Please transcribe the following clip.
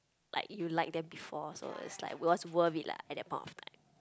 like you like them before so it's like worth worth it lah at that point of time